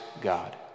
God